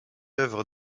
œuvre